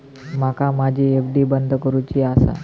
माका माझी एफ.डी बंद करुची आसा